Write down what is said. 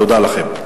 תודה לכם.